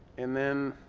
and then